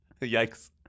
Yikes